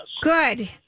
Good